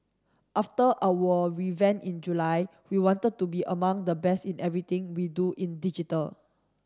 after our revamp in July we wanted to be among the best in everything we do in digital